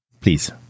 please